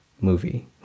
movie